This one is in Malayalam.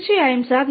തീർച്ചയായും സർ